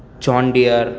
John dear